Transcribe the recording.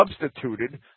substituted